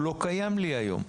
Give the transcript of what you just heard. הוא לא קיים אצלי היום.